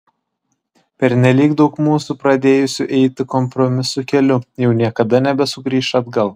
pernelyg daug mūsų pradėjusių eiti kompromisų keliu jau niekada nebesugrįš atgal